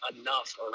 enough